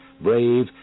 brave